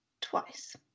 twice